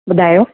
ॿुधायो